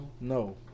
No